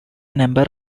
number